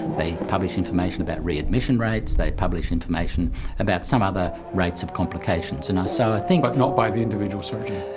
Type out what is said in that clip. they publish information about readmission rates. they publish information about some other rates of complications. and so ah but like not by the individual surgeon?